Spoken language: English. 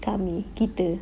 kami kita